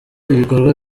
ibikorwa